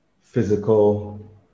physical